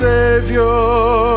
Savior